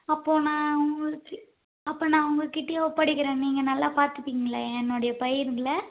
அப்போது நான் உங்களுக்கு அப்போ நான் உங்கள்கிட்டயே ஒப்படைக்கிறேன் நீங்கள் நல்லா பார்த்துப்பீங்களா என்னோடைய பயிர்களை